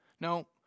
No